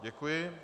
Děkuji.